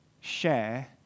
share